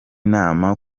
nama